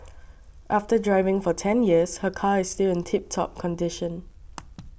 after driving for ten years her car is still in tip top condition